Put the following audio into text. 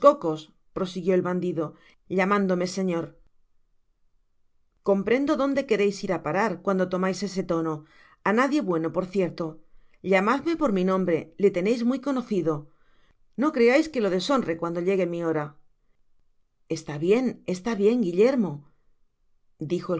prosiguió el bandido llamándome señor comprendo donde quereis ir á parar cuando tomais ese tono anadie bueno por cierto llamadme por mi nombre le teneis muy conocido no creais que lo deshonre cuantio llegue mi hora está bien está bien guillermo dijo el